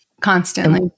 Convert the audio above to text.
constantly